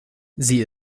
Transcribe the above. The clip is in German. sie